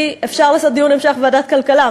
מבחינתי, אפשר לעשות דיון המשך בוועדת הכלכלה.